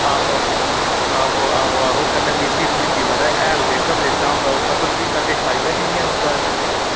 आहो आहो आहो आहो कन्नै मिट्टी रुड़ी जंदी महाराज हैल जेह्का बी दित्ते दा होंदा उस स्हाबें दा ते फायदा केह् नि ऐ ओह्दा इ'यां